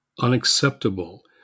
unacceptable